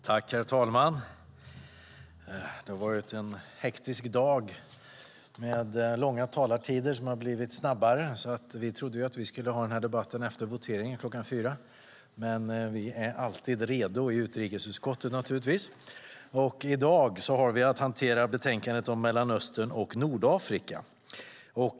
Herr talman! Det har varit en hektisk dag med långa talartider som har blivit kortare. Vi trodde därför att vi skulle ha den här debatten efter voteringen klockan 16, men vi i utrikesutskottet är naturligtvis alltid redo. I dag har vi att hantera betänkandet om Mellanöstern och Nordafrika.